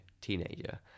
teenager